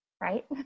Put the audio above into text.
right